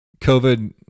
COVID